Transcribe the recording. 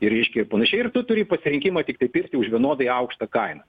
ir reiškia ir panašiai ir tu turi pasirinkimą tiktai pirkti už vienodai aukštą kainą